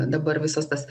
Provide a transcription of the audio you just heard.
dabar visas tas